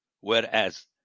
whereas